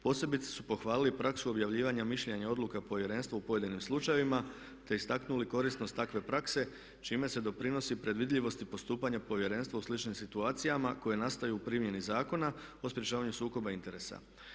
Posebice su pohvalili praksu objavljivanja mišljenja i odluka Povjerenstva u pojedinim slučajevima te istaknuli korisnost takve prakse čime se doprinosi predvidljivosti postupanja Povjerenstva u sličnim situacijama koje nastaju u primjeni Zakona o sprječavanju sukoba interesa.